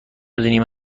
نیمه